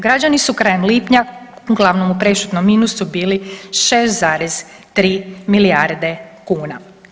Građani su krajem lipnja uglavnom u prešutnom minusu bili 6,3 milijarde kuna.